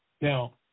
Now